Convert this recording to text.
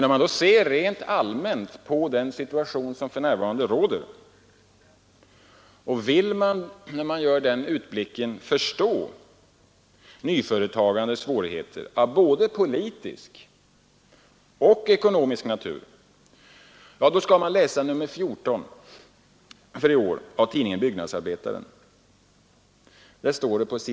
Om man allmänt ser på den situation som för närvarande råder och vill förstå nyföretagandets svårigheter av både politisk och ekomonisk natur, skall man läsa nr 14 i år av tidningen Byggnadsarbetaren. Där står det på s.